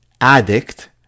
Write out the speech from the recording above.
addict